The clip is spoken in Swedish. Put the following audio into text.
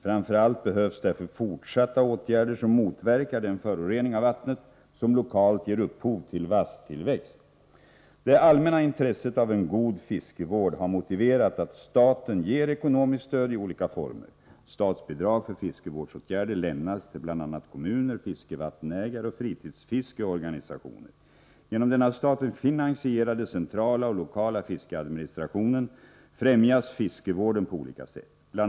Framför allt behövs därför fortsatta åtgärder, som motverkar den förorening av vattnet som lokalt ger upphov till vasstillväxt. Det allmänna intresset av en god fiskevård har motiverat att staten ger ekonomiskt stöd i olika former. Statsbidrag för fiskevårdsåtgärder lämnas till bl.a. kommuner, fiskevattenägare och fritidsfiskeorganisationer. Genom den av staten finansierade centrala och lokala fiskeadministrationen främjas fiskevården på olika sätt. Bl.